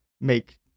make